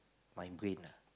my brain ah